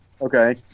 Okay